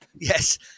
Yes